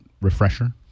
refresher